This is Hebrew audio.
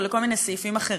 או לכל מיני סעיפים אחרים.